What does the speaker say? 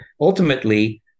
Ultimately